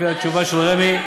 לפי התשובה של רמ"י,